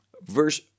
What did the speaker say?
verse